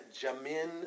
Jamin